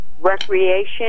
recreation